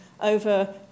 over